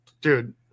dude